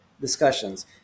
discussions